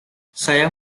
saya